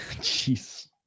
Jeez